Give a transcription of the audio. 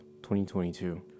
2022